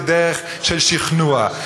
כדרך של שכנוע?